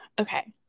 Okay